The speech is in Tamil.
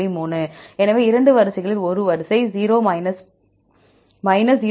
3 எனவே 2 வரிசைகளில் ஒரு வரிசை 0